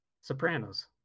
Sopranos